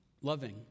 loving